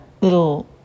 little